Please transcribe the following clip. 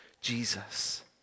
Jesus